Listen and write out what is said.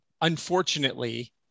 Unfortunately